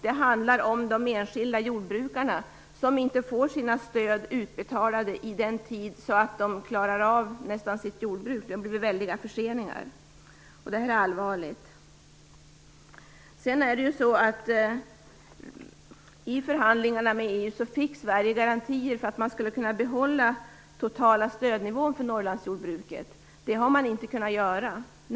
Det handlar om de enskilda jordbrukarna som inte får sina stöd utbetalda i tid, så att de nästan inte klarar av sitt jordbruk. Det har blivit väldiga förseningar. Detta är allvarligt. I förhandlingarna med EU fick Sverige garantier för att man skulle kunna behålla den totala stödnivån för Norrlandsjordbruket. Det har man inte kunnat göra.